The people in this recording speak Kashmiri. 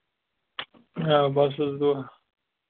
آ بَس حظ دُعا